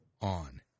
on